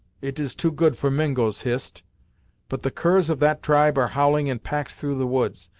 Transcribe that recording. it is too good for mingos, hist but the curs of that tribe are howling in packs through the woods.